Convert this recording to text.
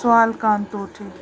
सुवाल कोन थो थिए